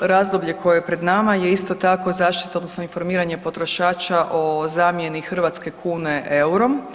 razdoblje koje je pred nama je isto tako zaštita odnosno informiranje potrošača o zamjeni hrvatske kune EUR-om.